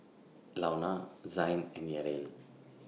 Launa Zayne and Yadiel